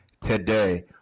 today